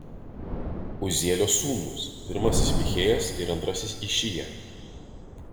uzielio sūnūs pirmasis michėjas ir antrasis išija